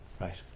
Right